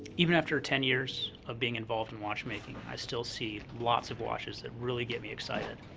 even after ten years of being involved in watchmaking i still see lots of watches that really get me excited.